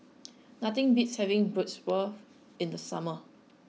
nothing beats having Bratwurst in the summer